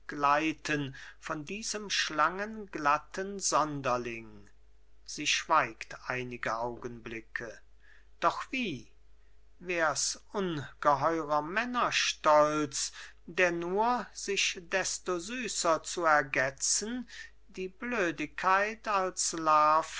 gleiten von diesem schlangenglatten sonderling sie schweigt einige augenblicke doch wie wärs ungeheurer männerstolz der nur sich desto süßer zu ergetzen die blödigkeit als larve